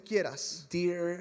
Dear